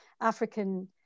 African